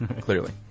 clearly